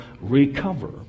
recover